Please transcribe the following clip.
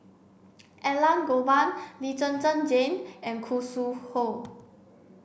Elangovan Lee Zhen Zhen Jane and Khoo Sui Hoe